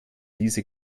diese